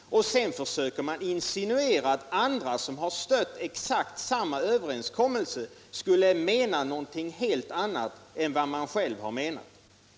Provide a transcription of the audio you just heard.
Men sedan försöker ni insinuera att andra, som har stött exakt samma överenskommelse, skulle mena något helt annat än ni själva.